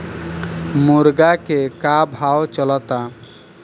मुर्गा के का भाव चलता?